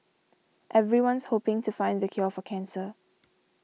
everyone's hoping to find the cure for cancer